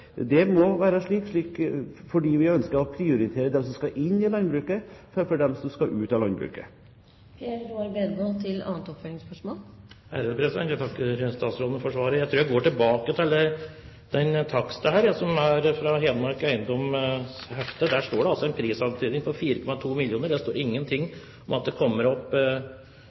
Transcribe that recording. Det må være slik, fordi vi ønsker å prioritere dem som skal inn i landbruket framfor dem som skal ut av landbruket. Jeg takker statsråden for svaret. Jeg tror jeg går tilbake til denne taksten, som er fra Hedmark Eiendoms hefte. Der står det altså en prisantydning på 4,2 mill. kr, det står ingenting om at boverdien kommer opp